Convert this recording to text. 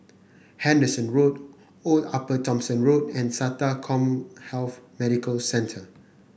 Henderson Road Old Upper Thomson Road and SATA CommHealth Medical Centre